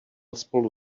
spolu